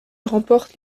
remporte